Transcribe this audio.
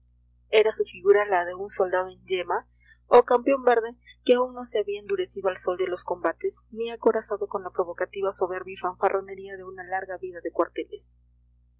era su figura la de un soldado en yema o campeón verde que aún no se había endurecido al sol de los combates ni acorazado con la provocativa soberbia y fanfarronería de una larga vida de cuarteles